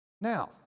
Now